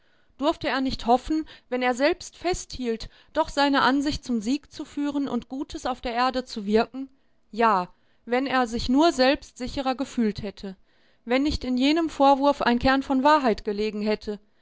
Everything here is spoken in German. durfte er nicht hoffen wenn er selbst festhielt doch seine ansicht zum sieg zu führen und gutes auf der erde zu wirken ja wenn er sich nur selbst sicherer gefühlt hätte wenn nicht in jenem vorwurf ein kern von wahrheit gelegen hätte